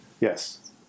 Yes